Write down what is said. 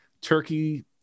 turkey